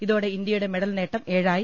ഇതോടെ ഇന്തൃയുടെ മെഡൽ നേട്ടം ഏഴായി